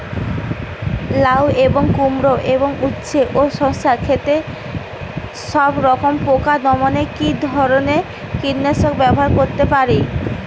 লাউ এবং কুমড়ো এবং উচ্ছে ও শসা ক্ষেতে সবরকম পোকা দমনে কী ধরনের কীটনাশক ব্যবহার করতে পারি?